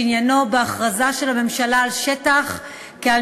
שעניינו בהכרזה של הממשלה על שטח כעל